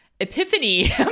Epiphany